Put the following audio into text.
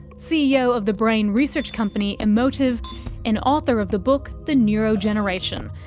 ceo of the brain research company emotiv and author of the book the neurogeneration,